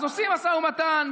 אז עושים משא ומתן,